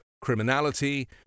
criminality